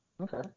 Okay